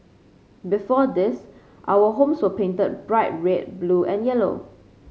before this our homes were painted bright red blue and yellow